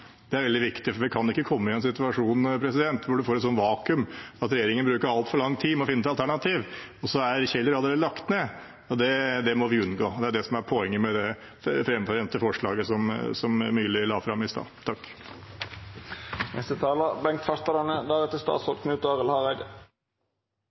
Det er veldig viktig, for vi kan ikke komme i en situasjon hvor man får et vakuum – at regjeringen bruker altfor lang tid med å finne et alternativ, og så er Kjeller allerede lagt ned. Det må vi unngå. Det er det som er poenget med det omforente forslaget som Myrli tok opp i stad.